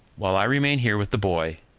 while i remain here with the boy,